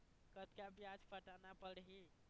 कतका ब्याज पटाना पड़ही?